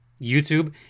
YouTube